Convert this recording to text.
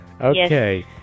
Okay